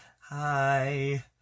Hi